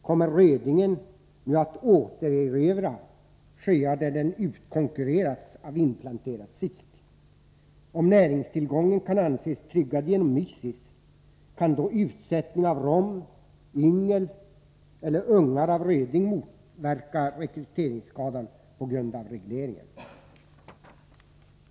Kommer rödingen nu att återerövra sjöar där den utkonkurrerats av inplanterad sik? Om näringstillgången kan anses tryggad genom Mysis, kan då utsättning av rom, yngel eller ungar av röding motverka rekryteringsskadan på grund av regleringen?